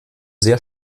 sehr